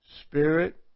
spirit